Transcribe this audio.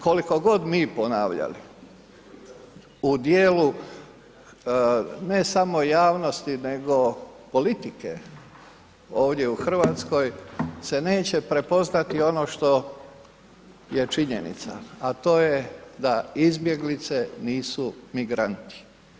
Koliko god mi ponavljali u dijelu ne samo javnosti nego politike ovdje u Hrvatskoj se neće prepoznati ono što je činjenica, a to je da izbjeglice nisu migranti.